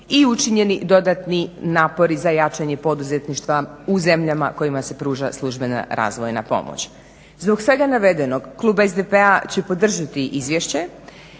i učinjeni dodatni napori za jačanje poduzetništva u zemljama kojima se pruža službena razvojna pomoć. Zbog svega navedenog Klub SDP-a će podržati izvješće